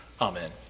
Amen